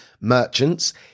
merchants